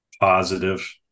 positive